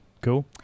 Cool